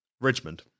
Richmond